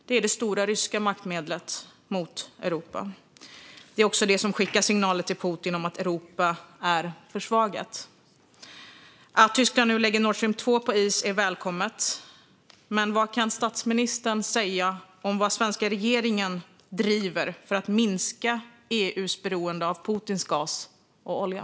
Det är det stora ryska maktmedlet mot Europa. Det är också det som skickar signaler till Putin om att Europa är försvagat. Att Tyskland nu lägger Nord Stream 2 på is är välkommet, men vad kan statsministern säga om vad den svenska regeringen driver för att minska EU:s beroende av Putins gas och olja?